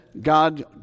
God